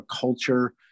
culture